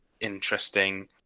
interesting